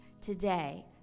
today